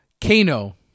Kano